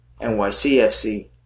NYCFC